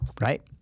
right